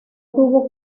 tuvo